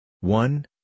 One